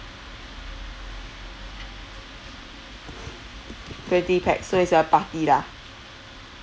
twenty pax so it's a party lah